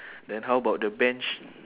then how about the bench